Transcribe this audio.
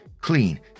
clean